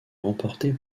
remportée